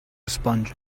sponge